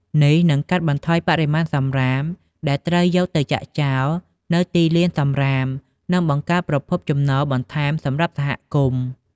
នេះនឹងកាត់បន្ថយបរិមាណសំរាមដែលត្រូវយកទៅចាក់ចោលនៅទីលានសំរាម និងបង្កើតប្រភពចំណូលបន្ថែមសម្រាប់សហគមន៍។